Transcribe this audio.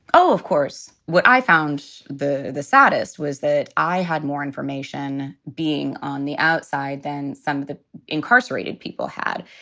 oh, of course. what i found the the saddest was that i had more information being on the outside than some of the incarcerated people had.